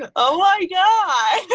ah oh my god!